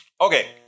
okay